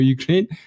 Ukraine